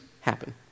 Happen